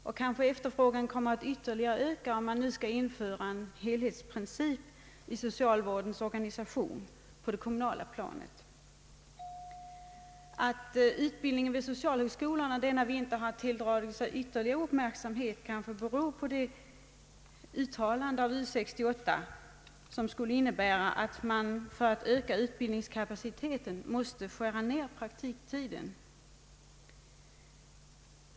Måhända kommer efterfrågan att öka ytterligare om man skall införa en helhetsprincip i socialvårdens organisation på det kommunala planet. Att utbildningen vid socialhögskolorna denna vinter har tilldragit sig ytterligt stor uppmärksamhet kanske beror på det uttalande som gjorts av U 68, att en utökning av utbildningskapaciteten synes omöjlig utan att praktiktiden beskärs.